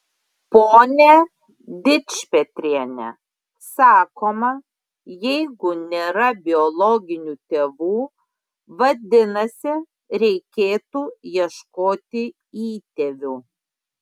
pone dičpetriene sakoma jeigu nėra biologinių tėvų vadinasi reikėtų ieškoti įtėvių